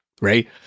Right